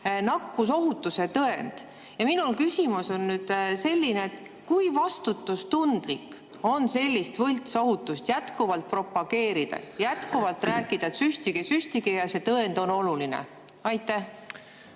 nakkusohutuse tõend. Minu küsimus on selline: kui vastutustundlik on sellist võltsohutust jätkuvalt propageerida, jätkuvalt rääkida, et süstige-süstige ja see tõend on oluline? Aitäh!